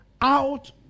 out